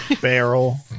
Barrel